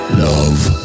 love